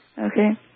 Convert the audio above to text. Okay